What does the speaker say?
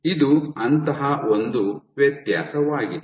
ಇದು ಅಂತಹ ಒಂದು ವ್ಯತ್ಯಾಸವಾಗಿದೆ